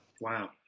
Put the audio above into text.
Wow